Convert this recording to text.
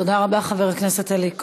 תודה רבה, חבר הכנסת אלי כהן.